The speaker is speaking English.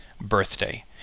birthday